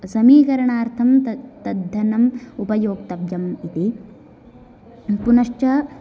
समीकरणार्थं तत् तद्धनम् उपयोक्तव्यम् इति पुनश्च